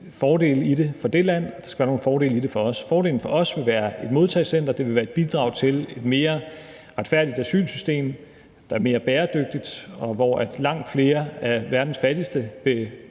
fordele i det for det land, og der skal være nogle fordele i det for os. Fordelen for os vil være et modtagecenter, det vil være et bidrag til et mere retfærdigt asylsystem, der er mere bæredygtigt, og hvor langt flere af verdens fattigste og